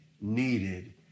needed